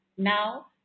Now